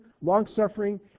long-suffering